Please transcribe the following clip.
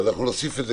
אנחנו נוסיף את זה